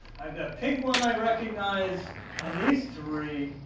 the pink one, i recognize and these three.